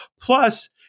Plus